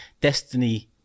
destiny